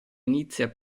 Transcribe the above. inizia